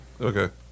Okay